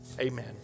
Amen